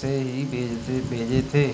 से ही भेजे थे